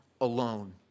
alone